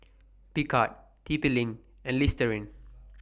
Picard T P LINK and Listerine